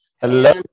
Hello